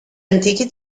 antichi